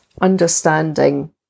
understanding